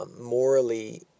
morally